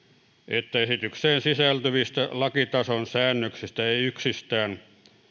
että esitykseen sisältyvistä lakitason säännöksistä ei yksistään